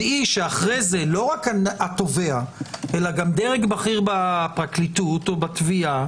דעי שאחרי זה לא רק התובע אלא גם דרג בכיר בפרקליטות או בתביעה